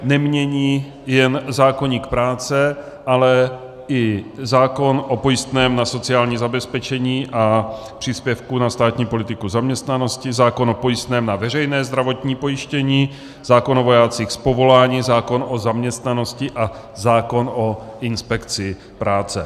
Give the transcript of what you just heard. Nemění jen zákoník práce, ale i zákon o pojistném na sociální zabezpečení a příspěvku na státní politiku zaměstnanosti, zákon o pojistném na veřejné zdravotní pojištění, zákon o vojácích z povolání, zákon o zaměstnanosti a zákon o inspekci práce.